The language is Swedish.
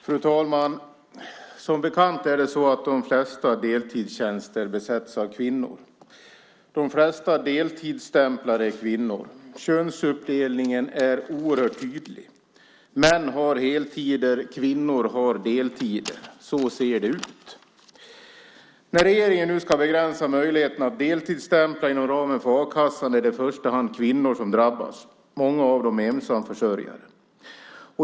Fru talman! Som bekant är det så att de flesta deltidstjänster besätts av kvinnor. De flesta deltidsstämplare är kvinnor. Könsuppdelningen är oerhört tydlig. Män har heltider - kvinnor har deltider. Så ser det ut. När regeringen nu ska begränsa möjligheterna att deltidsstämpla inom ramen för a-kassan är det i första hand kvinnor som drabbas, många av dem ensamförsörjare.